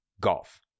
golf